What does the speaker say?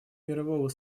мирового